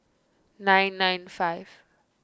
nine nine five